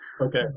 Okay